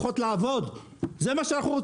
ברור שאם